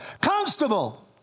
constable